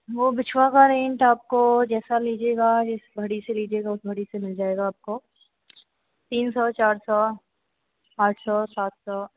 वह बिछुआ का रेन्ज आपको जैसा लीजिएगा जिस भरी से लीजिएगा उस भरी से मिल जाएगा आपको तीन सौ चार सौ पाँच सौ सात सौ